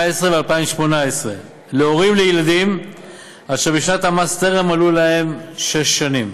ו-2018 להורים לילדים אשר בשנת המס טרם מלאו להם שש שנים.